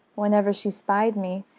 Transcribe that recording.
whenever she spied me,